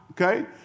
Okay